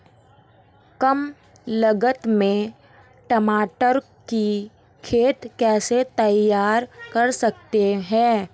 कम लागत में टमाटर की खेती कैसे तैयार कर सकते हैं?